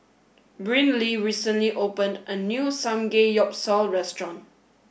Brynlee recently opened a new Samgeyopsal Restaurant